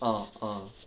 uh uh